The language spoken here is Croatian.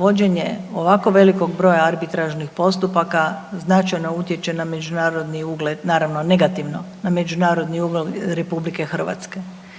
vođenje ovako velikog broja arbitražnih postupaka značajno utječe na međunarodni ugled, naravno negativno, na međunarodni ugled RH. Banke